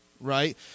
right